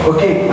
Okay